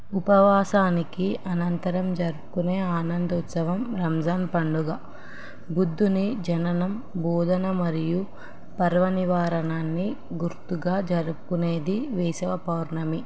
ఉపవాసానికి అనంతరం జరుపుకునే ఆనందోత్సవం రంజాన్ పండుగ బుద్ధుని జననం బోధన మరియు పర్వ నివారణాన్ని గుర్తుగా జరుపుకునేది వేేశవ పౌర్ణమి